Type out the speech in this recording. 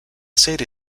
serie